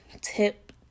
tip